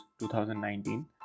2019